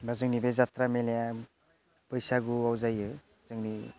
बा जोंनि बे जात्रा मेलाया बैसागुआव जायो जोंनि